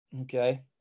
Okay